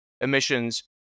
emissions